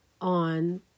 on